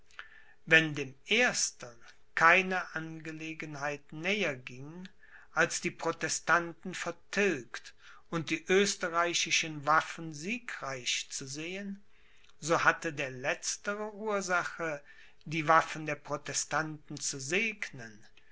wenn dem erstern keine angelegenheit näher ging als die protestanten vertilgt und die österreichischen waffen siegreich zu sehen so hatte der letztere ursache die waffen der protestanten zu segnen